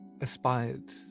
aspired